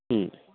ꯎꯝ